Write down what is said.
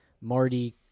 Marty